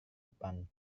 depan